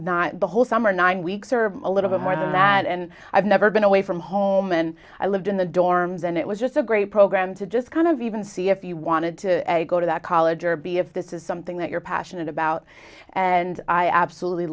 not the whole summer nine weeks or a little bit more than that and i've never been away from home and i lived in the dorms and it was just a great program to just kind of even see if you wanted to go to that college or b if this is something that you're passionate about and i absolutely